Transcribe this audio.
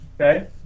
okay